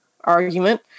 argument